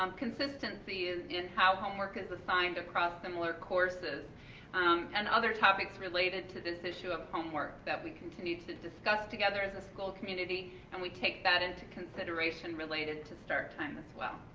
um consistency in how homework is assigned across similar courses and other topics related to this issue of homework that we continue to discuss together as a school community and we take that into consideration related to start times as well.